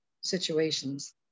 situations